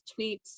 tweets